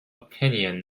opinion